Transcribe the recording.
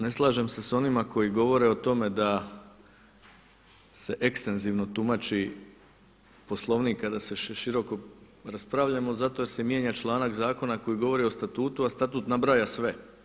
Ne slažem se sa onima koji govore o tome da se ekstenzivno tumači Poslovnik kada široko raspravljamo zato jer se mijenja članak zakona koji govori o Statutu a Statut nabraja sve.